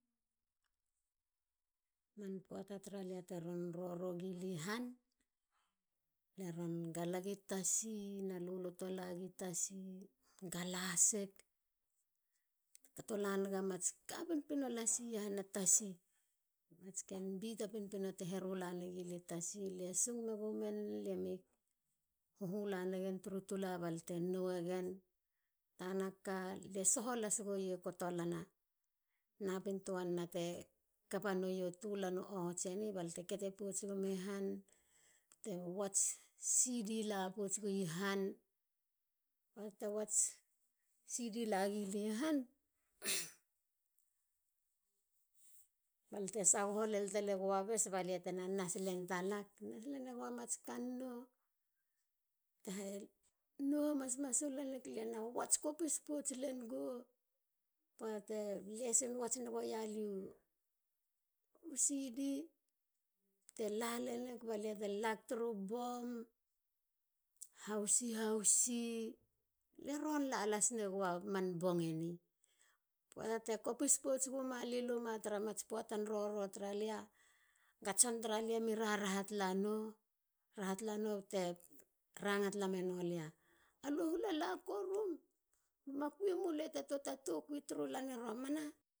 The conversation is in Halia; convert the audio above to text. Man poata tra lia teron roro gi lia han. lie ron galagi tasi na luloto lagi tasi. galasik. kato lanaga mats ka pinpino lasi iahana tasi. mats ken bita pinpino te heru lanegi lia i tasi. lie sung megumen ni. lie mi huhu lanagen tru tula balia te nouegen. tana ka lie soho lasigi kotolana napin toana te kapa nu tua lan u ohots eni. balte kete pouts gumi han. te wats cd la pouts goue han. poata te wats cd la gi lie han balte sagoho len talegua bes baltena nas len talak. nas e goa mats kannou. te nou ha masmasul lenik. lie na wats kopis pouts len go. ba te lesin wats na goua lia u cd. te lale nik ba lie te lak turu bomb. hausie. lie ron la las nagua man bong eni. poata te kopi guma lia luma tara mats puatan roro tara lia. tson tara lia mi raraha tala no ba te ranga tala meno lia alue hula la korum. ma kui mule ta tua ta tokui turu lan i romana